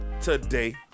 Today